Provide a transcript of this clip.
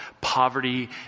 poverty